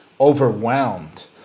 overwhelmed